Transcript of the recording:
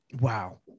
Wow